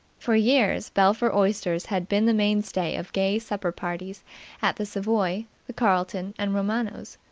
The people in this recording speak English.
for years belpher oysters had been the mainstay of gay supper parties at the savoy, the carlton and romano's.